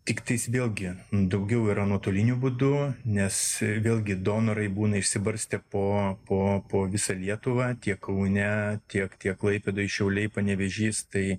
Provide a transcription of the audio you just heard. tik vėlgi daugiau yra nuotoliniu būdu nes vėlgi donorai būna išsibarstę po po visą lietuvą tiek kaune tiek tiek klaipėdoj šiauliai panevėžys tai